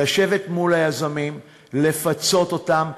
לשבת מול היזמים ולפצות אותם,